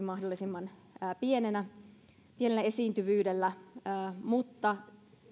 mahdollisimman pienellä pienellä esiintyvyydellä mutta